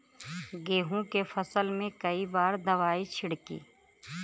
गेहूँ के फसल मे कई बार दवाई छिड़की?